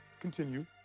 Continue